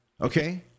Okay